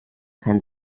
kann